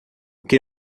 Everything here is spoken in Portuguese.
que